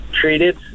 treated